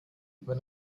when